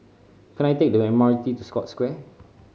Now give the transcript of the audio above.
can I take the M R T to Scotts Square